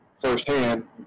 firsthand